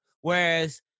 whereas